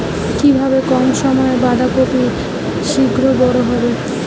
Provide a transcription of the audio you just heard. কিভাবে কম সময়ে বাঁধাকপি শিঘ্র বড় হবে?